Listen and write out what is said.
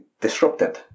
disrupted